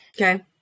Okay